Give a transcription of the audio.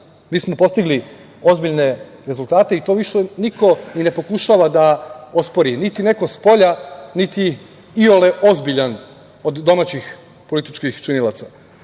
mi smo postigli ozbiljne rezultate, i to više niko ne pokušava da ospori, niti neko spolja, niti niko iole ozbiljan od domaćih političkih činilaca.Za